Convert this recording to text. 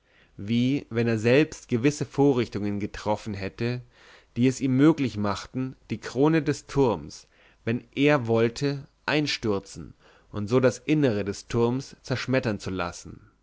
wie wenn er selbst gewisse vorrichtungen getroffen hätte die es ihm möglich machten die krone des turms wenn er wollte einstürzen und so das innere des turms zerschmettern zu lassen